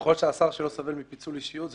ככל שהשר שלו סובל מפיצול אישיות,